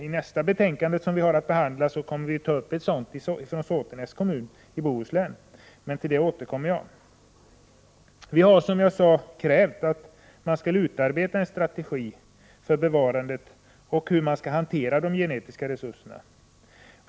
I nästa betänkande som vi har att behandla kommer vi att ta upp ett sådant exempel från Sotenäs kommun i Bohuslän. Men till detta återkommer jag. Vi har alltså krävt att det skall utarbetas en strategi för hur vi skall bevara och hantera de genetiska resurserna.